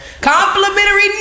Complimentary